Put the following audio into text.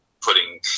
putting